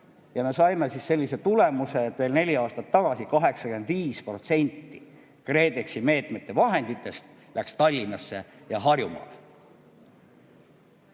Ja me saime sellise tulemuse, et veel neli aastat tagasi 85% KredExi meetmete vahenditest läks Tallinnasse ja Harjumaale.